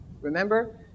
Remember